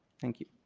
thank you.